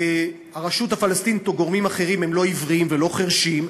הרשות הפלסטינית או גורמים אחרים הם לא עיוורים ולא חירשים,